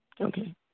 Okay